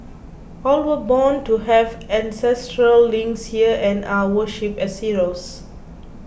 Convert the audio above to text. all were born to have ancestral links here and are worshipped as heroes